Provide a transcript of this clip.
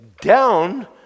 Down